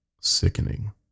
sickening